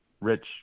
rich